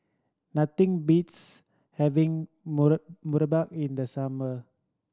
nothing beats having murtabak in the summer